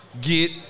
get